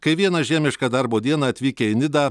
kai vieną žiemišką darbo dieną atvykę į nidą